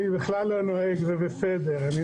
אני בכלל לא נוהג, אני